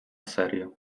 serio